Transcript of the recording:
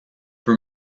peu